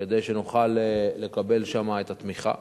כדי שנוכל לקבל שמה את התמיכה.